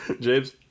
James